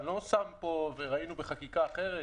וראינו בחקיקה אחרת